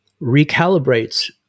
recalibrates